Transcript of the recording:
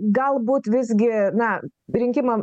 galbūt visgi na rinkimam